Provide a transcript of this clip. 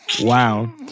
Wow